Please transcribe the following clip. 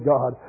God